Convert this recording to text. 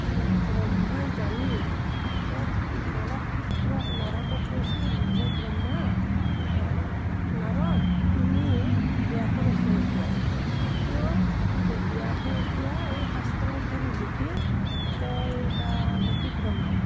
ব্ৰহ্মাই জানি তেওঁৰ মানস পুত্ৰ নাৰদক কৈছিল যে ব্ৰহ্মা নাৰদ তুমি ব্যাসৰ ওচৰত যোৱা কিয় যে ব্যাসে এতিয়া এই শাস্ত্ৰ কেইখন লিখি তাৰ মতিভ্ৰম হ'ল